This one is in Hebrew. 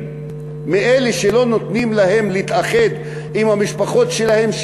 מאלה שלא נותנים להם להתאחד עם המשפחות שלהם,